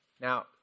Now